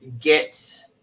get